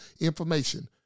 information